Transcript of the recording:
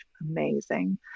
amazing